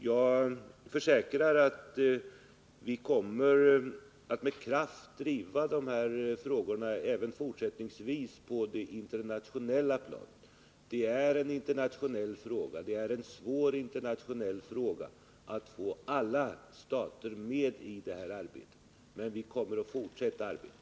Jag försäkrar att vi kommer att med kraft driva dessa frågor även fortsättningsvis på det internationella planet. Det är en svår internationell fråga att få alla stater med i det här arbetet, men vi kommer att fortsätta arbetet.